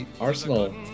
Arsenal